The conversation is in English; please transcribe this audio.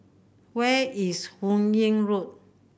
where is Hun Yeang Road